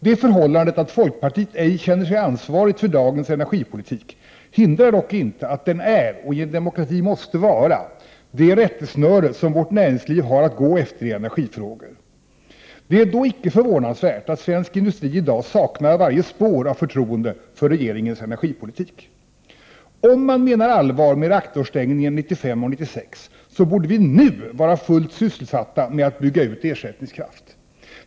Det förhållandet att folkpartiet ej känner sig ansvarigt för dagens energipolitik hindrar dock inte att den är — och i en demokrati måste vara — det rättesnöre som vårt näringsliv har att gå efter i energifrågor. Det är då icke förvånansvärt att svensk industri i dag saknar varje spår av förtroende för regeringens energipolitik. Om man menar allvar med reaktorstängningen 1995 och 1996, borde vi nu vara fullt sysselsatta med att bygga ut ersättningskraft!